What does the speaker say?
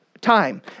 time